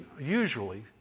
usually